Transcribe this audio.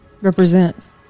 represents